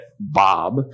Bob